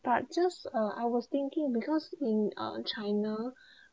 but just uh I was thinking because in uh china